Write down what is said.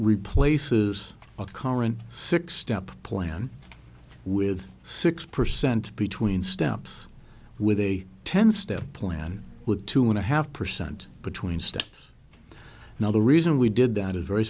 replaces the current six step plan with six percent between steps with a ten step plan with two and a half percent between steps now the reason we did that is very